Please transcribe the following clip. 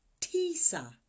Tisa